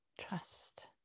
trust